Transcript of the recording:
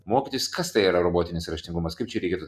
mokytis kas tai yra robotinis raštingumas kaip čia reikėtų